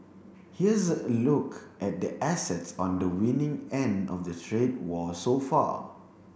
here's a look at the assets on the winning end of the trade war so far